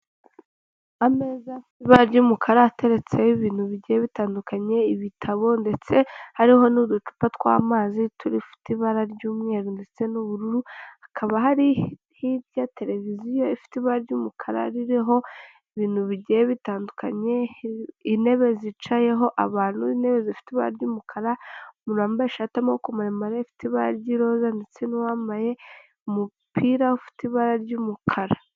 Ameza ry'umukara ateretseho ibintu bigiye bitandukanye ibitabo ndetse hariho n'uducupa tw'amazi dufite ibara ry'umweru ndetse n'ubururu hakaba hari hirya tereviziyo ifite ibara ry'umukara ririho ibintu bigiye bitandukanye intebe zicayeho abantu, intebe zifite ibara ry'umukara ,umuntu wambaye ishati y'amaboko maremare ifite ibara ry'iroza ndetse n'uwambaye umupira ufite ibara ry'umukara.